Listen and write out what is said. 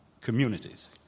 Communities